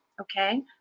okay